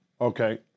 Okay